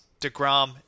Degrom